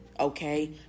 okay